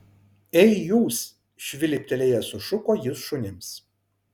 ei jūs švilptelėjęs sušuko jis šunims